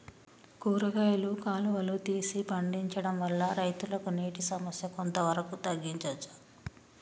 కూరగాయలు కాలువలు తీసి పండించడం వల్ల రైతులకు నీటి సమస్య కొంత వరకు తగ్గించచ్చా?